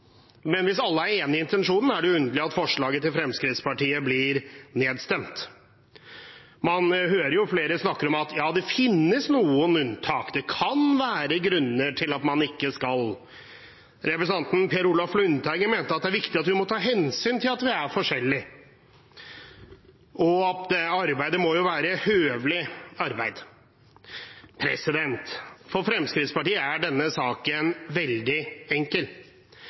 men hvis alle er enig i intensjonen, er det jo underlig at forslaget til Fremskrittspartiet blir nedstemt. Man hører flere snakke om at det finnes noen unntak, at det kan være grunner til at man ikke skal. Representanten Per Olaf Lundteigen mente at det er viktig å ta hensyn til at vi er forskjellige, og at det må være høvelig arbeid. For Fremskrittspartiet er denne saken veldig enkel.